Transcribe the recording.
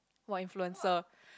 !wah! influencer